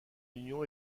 union